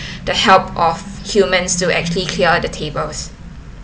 the help of humans to actually clear the tables